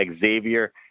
Xavier